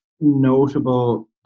notable